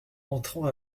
entrant